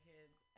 Kids